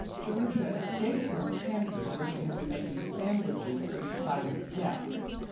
jerusha escaped from the pantry where she had been making sandwiches for the asylum's guests,